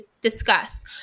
discuss